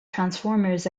transformers